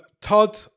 Todd